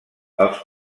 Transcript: els